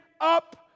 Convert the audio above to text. up